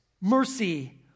mercy